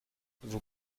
vous